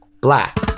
Black